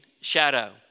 shadow